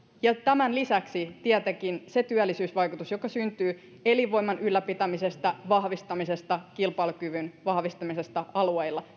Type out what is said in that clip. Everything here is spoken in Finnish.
ja tämän lisäksi on tietenkin se työllisyysvaikutus joka syntyy elinvoiman ylläpitämisestä vahvistamisesta kilpailukyvyn vahvistamisesta alueilla